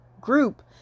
group